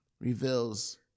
reveals